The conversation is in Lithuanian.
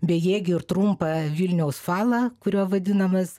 bejėgį ir trumpą vilniaus falą kuriuo vadinamas